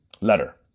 letter